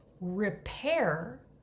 repair